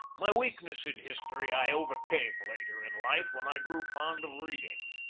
my weakness in history i overcame later in life, when i grew fond of reading.